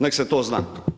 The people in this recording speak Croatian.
Neka se to zna.